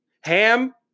Ham